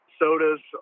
sodas